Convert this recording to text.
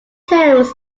terms